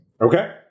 Okay